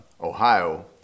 Ohio